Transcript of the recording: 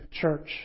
church